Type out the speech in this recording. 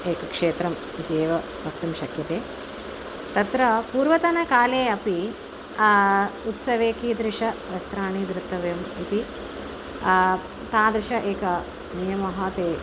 एकं क्षेत्रम् इति एव वक्तुं शक्यते तत्र पूर्वतनकाले अपि उत्सवे कीदृश वस्त्राणि धृतव्यम् इति तादृशः एकः नियमः ते